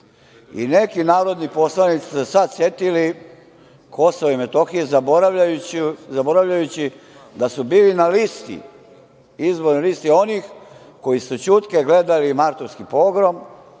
i neki narodni poslanici su se setili Kosova i Metohije, zaboravljajući da su bili na listi, izbornoj listi onih koji su ćutke gledali martovski pogrom